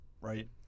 right